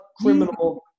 criminal